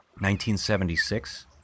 1976